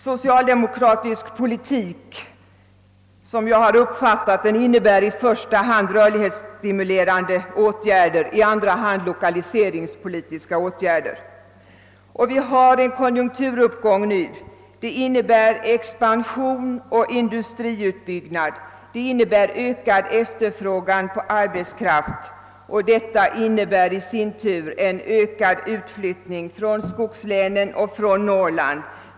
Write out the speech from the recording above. Socialdemokratisk politik innebär i första hand rörlighetsstimulerande åtgärder och i andra hand lokaliseringspolitiska åtgärder. Och vi har en konjunkturuppgång nu. Det innebär expansion och industriutbyggnad, det innebär ökad efterfrågan på arbetskraft. Detta innebär i sin tur en ökad utflyttning från skogslänen och från Norrland.